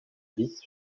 vice